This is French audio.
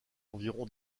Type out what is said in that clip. environ